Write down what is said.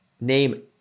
name